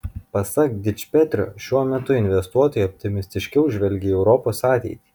pasak dičpetrio šiuo metu investuotojai optimistiškiau žvelgia į europos ateitį